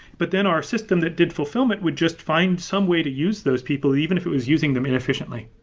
but then our system that did fulfillment would just find some way to use those people even if it was using them and efficiently.